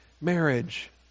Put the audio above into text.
marriage